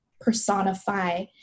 personify